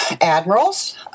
admirals